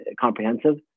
comprehensive